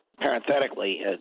parenthetically